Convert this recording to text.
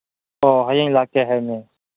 ꯑꯣ ꯍꯌꯦꯡ ꯂꯥꯛꯀꯦ ꯍꯥꯏꯕꯅꯦ